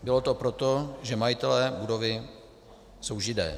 Bylo to proto, že majitelé budovy jsou Židé.